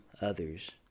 others